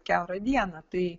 kiaurą dieną tai